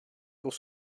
pour